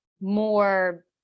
more